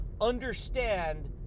understand